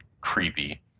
creepy